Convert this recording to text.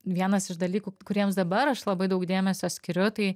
vienas iš dalykų kuriems dabar aš labai daug dėmesio skiriu tai